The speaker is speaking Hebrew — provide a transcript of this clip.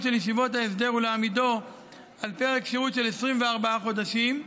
של ישיבות ההסדר ולהעמידו על פרק שירות של 24 חודשים,